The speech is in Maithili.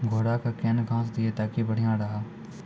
घोड़ा का केन घास दिए ताकि बढ़िया रहा?